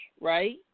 right